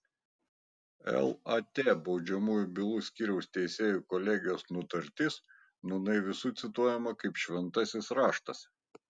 lat baudžiamųjų bylų skyriaus teisėjų kolegijos nutartis nūnai visų cituojama kaip šventasis raštas